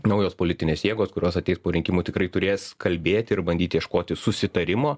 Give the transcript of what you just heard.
naujos politinės jėgos kurios ateis po rinkimų tikrai turės kalbėti ir bandyti ieškoti susitarimo